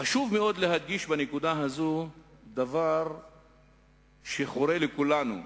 חשוב מאוד להדגיש בנקודה הזאת דבר שחורה לכולנו: